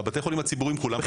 בבית החולים הציבוריים כולם בסל.